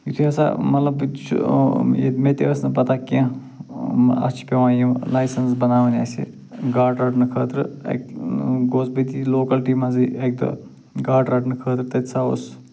یُتھُے ہسا مطلب بہٕ تہِ چھُ مےٚ تہِ ٲس نہٕ پَتَہ کیٚنٛہہ اَتھ چھِ پٮ۪وان یِم لایسٮ۪نٕس بناوٕنۍ اَسہِ گاڈٕ رَٹنہٕ خٲطرٕ گوس بہٕ تہِ لوکَلٹی منٛزٕے اَکہِ دۄہ گاڈٕ رَٹنہٕ خٲطرٕ تَتہِ سا اوس